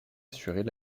assuraient